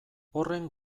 horren